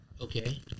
Okay